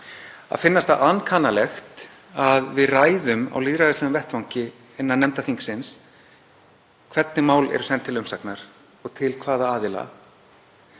Að finnast það ankannalegt að við ræðum á lýðræðislegum vettvangi innan nefnda þingsins hvernig mál eru send til umsagnar og til hvaða aðila,